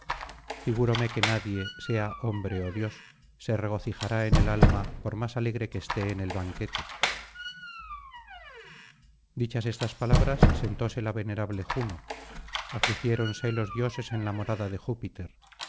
figuróme que nadie sea hombre ó dios se regocijará en el alma por más alegre que esté en el banquete dichas estas palabras sentóse la venerable juno afligiéronse los dioses en la morada de júpiter